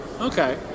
okay